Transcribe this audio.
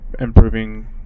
improving